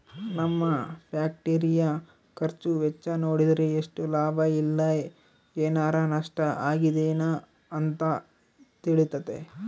ನಮ್ಮ ಫ್ಯಾಕ್ಟರಿಯ ಖರ್ಚು ವೆಚ್ಚ ನೋಡಿದ್ರೆ ಎಷ್ಟು ಲಾಭ ಇಲ್ಲ ಏನಾರಾ ನಷ್ಟ ಆಗಿದೆನ ಅಂತ ತಿಳಿತತೆ